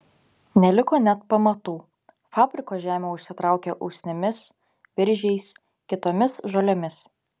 neliko net pamatų fabriko žemė užsitraukė usnimis viržiais kitomis žolėmis